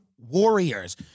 warriors